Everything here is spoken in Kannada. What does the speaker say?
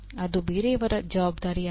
ಅದು ಬೇರೆಯವರ ಜವಾಬ್ದಾರಿಯಲ್ಲ